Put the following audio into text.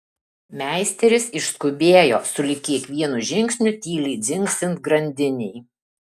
meisteris išskubėjo sulig kiekvienu žingsniu tyliai dzingsint grandinei